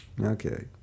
Okay